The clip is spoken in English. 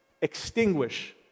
extinguish